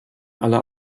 alle